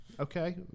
Okay